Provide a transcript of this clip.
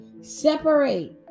separate